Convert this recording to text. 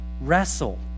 wrestle